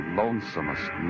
lonesomest